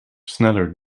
sneller